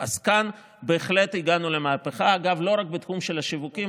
כאן בהחלט הגענו למהפכה לא רק בתחום השיווקי,